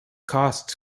costs